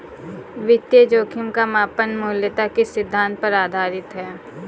वित्तीय जोखिम का मापन मूलतः किस सिद्धांत पर आधारित है?